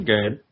Good